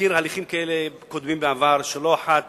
מכיר הליכים כאלה, קודמים, מהעבר, שלא אחת